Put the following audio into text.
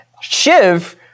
Shiv